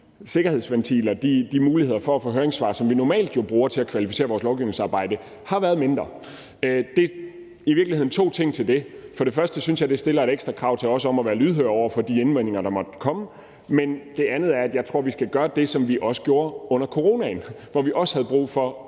sikkerhedsventiler, de muligheder for at få høringssvar, som vi normalt bruger til at kvalificere vores lovgivningsarbejde, har været mindre, og der er i virkeligheden to ting at sige til det. For det første synes jeg, det stiller et ekstra krav til os om at være lydhøre over for de indvendinger, der måtte komme, men jeg tror for det andet, at vi skal gøre det, som vi også gjorde under coronaen, hvor vi også hele tiden